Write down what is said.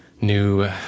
new